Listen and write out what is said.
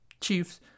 chiefs